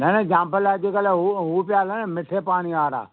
न न जामफ़ल अॼकल्ह हूअ हू पिया हलनि मिठे पाणी वारा